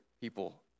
people